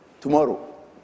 tomorrow